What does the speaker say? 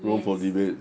yes